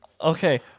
Okay